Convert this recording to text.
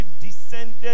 descended